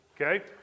Okay